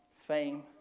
fame